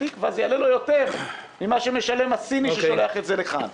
תקווה זה יעלה לו יותר ממה שמשלם הסיני ששולח את זה לכאן.